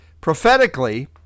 Prophetically